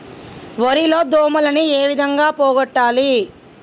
వరి లో దోమలని ఏ విధంగా పోగొట్టాలి?